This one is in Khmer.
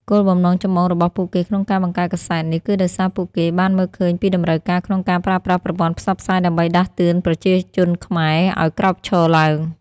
គោលបំណងចម្បងរបស់ពួកគេក្នុងការបង្កើតកាសែតនេះ គឺដោយសារពួកគេបានមើលឃើញពីតម្រូវការក្នុងការប្រើប្រាស់ប្រព័ន្ធផ្សព្វផ្សាយដើម្បីដាស់តឿនប្រជាជនខ្មែរឱ្យក្រោកឈរឡើង។